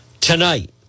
tonight